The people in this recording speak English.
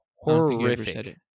Horrific